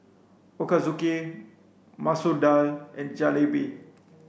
Ochazuke Masoor Dal and Jalebi